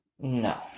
No